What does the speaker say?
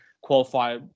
qualify